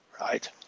Right